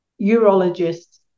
urologists